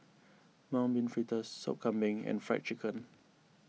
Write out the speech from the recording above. Mung Bean Fritters Sop Kambing and Fried Chicken